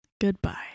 Goodbye